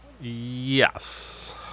Yes